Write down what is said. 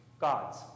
God's